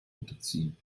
unterziehen